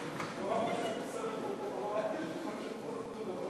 זכרו לברכה,